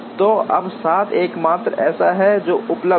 तो अब 7 एकमात्र ऐसा है जो उपलब्ध है